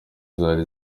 zari